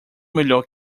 melhor